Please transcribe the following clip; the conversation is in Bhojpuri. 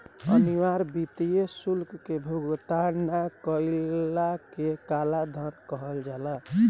अनिवार्य वित्तीय शुल्क के भुगतान ना कईला के कालाधान कहल जाला